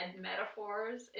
metaphors